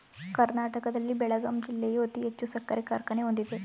ಕರ್ನಾಟಕದಲ್ಲಿ ಬೆಳಗಾಂ ಜಿಲ್ಲೆಯು ಅತಿ ಹೆಚ್ಚು ಸಕ್ಕರೆ ಕಾರ್ಖಾನೆ ಹೊಂದಿದೆ